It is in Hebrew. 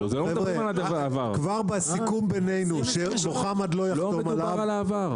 חבר'ה כבר בסיכום בינינו שלמוחמד לא יחתום עליו,